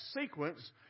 sequence